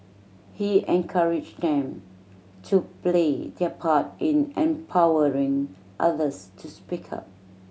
he encouraged them to play their part in empowering others to speak up